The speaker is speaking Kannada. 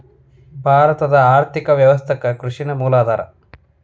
ಭಾರತದ್ ಆರ್ಥಿಕ ವ್ಯವಸ್ಥಾಕ್ಕ ಕೃಷಿ ನ ಮೂಲ ಆಧಾರಾ